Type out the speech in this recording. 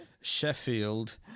Sheffield